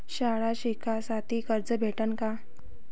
शाळा शिकासाठी कर्ज भेटन का?